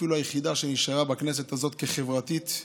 אפילו היחידה שנשארה בכנסת הזאת כחברתית,